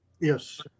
Yes